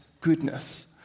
goodness